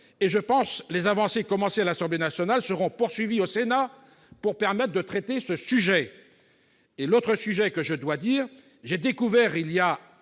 et je pense que les avancées commencées à l'Assemblée nationale seront poursuivies au Sénat pour permettre de traiter ce sujet. »« Et l'autre sujet que, je dois dire, j'ai découvert il y a